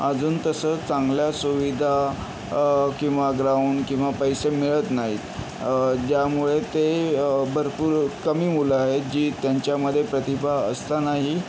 अजून तसं चांगल्या सुविधा किंवा ग्राउंड किंवा पैसे मिळत नाहीत ज्यामुळे ते भरपूर कमी मुलं आहेत जी त्यांच्यामध्ये प्रतिभा असतानाही